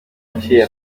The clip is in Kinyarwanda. yaciye